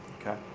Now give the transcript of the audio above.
Okay